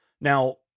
Now